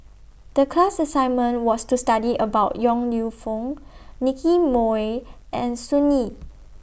The class assignment was to study about Yong Lew Foong Nicky Moey and Sun Yee